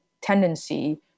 tendency